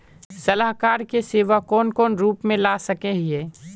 सलाहकार के सेवा कौन कौन रूप में ला सके हिये?